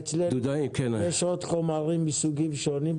אצלנו יש עוד חומרים מסוגים שונים,